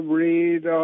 read